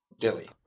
Delhi